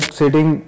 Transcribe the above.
sitting